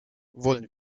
wollen